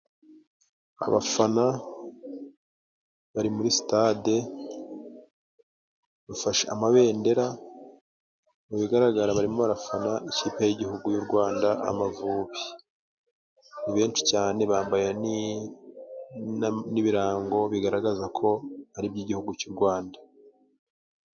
Abafana bari muri sitade bafashe amabendera mu bigaragara barimo barafana ikipe y'Igihugu y'u Rwanda Amavubi. Ni benshi cyane bambaye n' ibirango bigaragaza ko ari iby'Igihugu cy'u Rwanda.